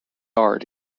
art